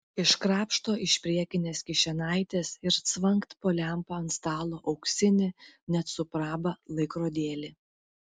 iškrapšto iš priekinės kišenaitės ir cvangt po lempa ant stalo auksinį net su praba laikrodėlį